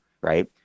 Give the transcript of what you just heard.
right